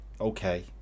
okay